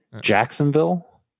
Jacksonville